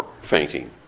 fainting